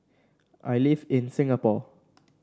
I live in Singapore